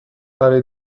برای